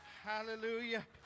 Hallelujah